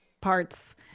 parts